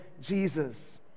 Jesus